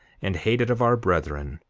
and hated of our brethren,